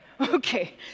Okay